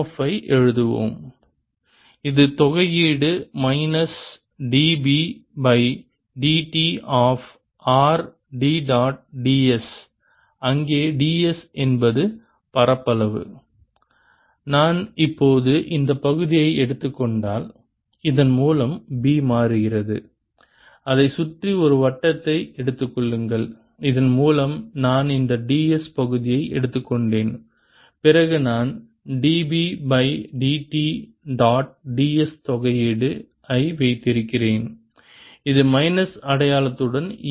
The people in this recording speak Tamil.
எஃப் ஐ எழுதுவோம் இது தொகையீடு minus db by dt of r d dot ds அங்கே ds என்பது பரப்பளவு நான் இப்போது இந்த பகுதியை எடுத்துக் கொண்டால் இதன் மூலம் B மாறுகிறது அதைச் சுற்றி ஒரு வட்டத்தை எடுத்துக் கொள்ளுங்கள் இதன் மூலம் நான் இந்த ds பகுதியை எடுத்துக்கொண்டேன் பிறகு நான் dB by dt dot ds தொகையீடு ஐ வைத்திருக்கிறேன் இது மைனஸ் அடையாளத்துடன் ஈ